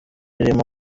irimo